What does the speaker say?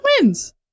wins